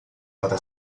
para